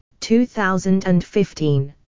2015